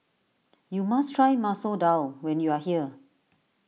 you must try Masoor Dal when you are here